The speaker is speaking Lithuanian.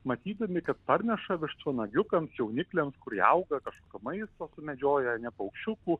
matydami kad parneša vištvanagiukams jaunikliams kurie auga kažkokio maisto sumedžiojo paukščiukų